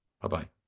Bye-bye